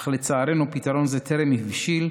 אך לצערנו פתרון זה טרם הבשיל,